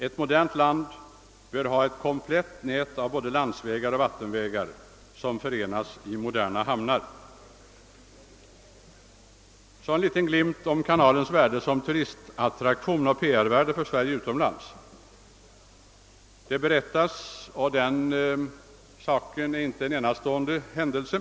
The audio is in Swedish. Ett modernt land bör ha ett komplett nät av både landsvägar och vattenvägar, som förenas i moderna hamnar.» Så en liten glimt om kanalen som turistattraktion och dess PR-värde för Sverige utomlands! Det gäller inte någon enastående händelse.